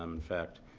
um in fact,